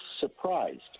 surprised